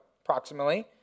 approximately